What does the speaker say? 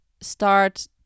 Start